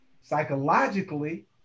Psychologically